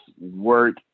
work